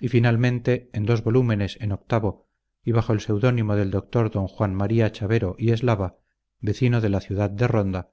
y finalmente en dos volúmenes en octavo y bajo el pseudónimo del doctor d juan maría chavero y eslava vecino de la ciudad de ronda